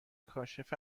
کاشف